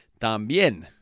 También